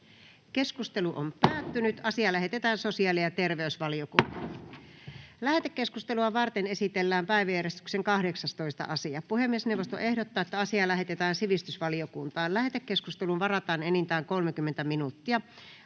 annetun lain 10 §:n muuttamisesta Time: N/A Content: Lähetekeskustelua varten esitellään päiväjärjestyksen 18. asia. Puhemiesneuvosto ehdottaa, että asia lähetetään sivistysvaliokuntaan. Lähetekeskusteluun varataan enintään 30 minuuttia.